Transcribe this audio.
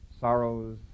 sorrows